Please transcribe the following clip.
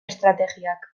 estrategiak